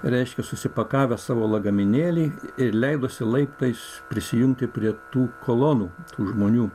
reiškia susipakavęs savo lagaminėlį ir leidosi laiptais prisijungti prie tų kolonų tų žmonių